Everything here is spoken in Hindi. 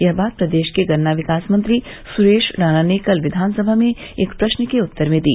यह बात प्रदेश के गन्ना विकास मंत्री सुरेश राणा ने कल विधानसभा में एक प्रश्न के उत्तर में दी